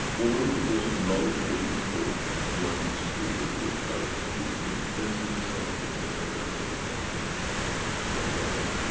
one one of the most knowledgeable people who understood the totality in essence of the totality of his energy transfer, it's one guy